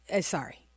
sorry